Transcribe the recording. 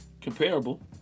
comparable